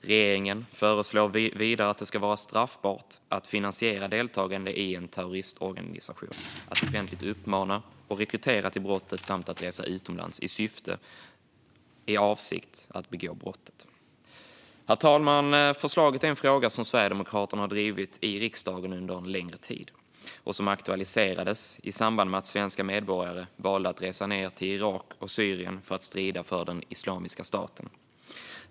Regeringen föreslår vidare att det ska vara straffbart att finansiera deltagande i en terroristorganisation, att offentligt uppmana och rekrytera till brottet samt att resa utomlands i avsikt att begå brottet. Herr talman! Förslaget handlar om en fråga som Sverigedemokraterna drivit i riksdagen under en längre tid och som aktualiserades i samband med att svenska medborgare valde att resa ned till Irak och Syrien för att strida för Islamiska staten.